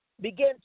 begin